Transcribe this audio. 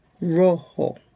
rojo